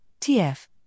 TF